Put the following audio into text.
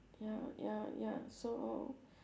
ya ya ya so